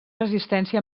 resistència